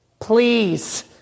please